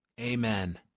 Amen